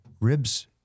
ribs